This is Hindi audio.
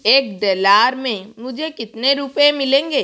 एक डेलार में मुझे कितने रूपये मिलेंगे